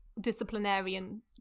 disciplinarian